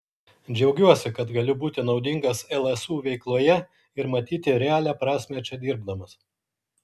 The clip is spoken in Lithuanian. džiaugiuosi kad galiu būti naudingas lsu veikloje ir matyti realią prasmę čia dirbdamas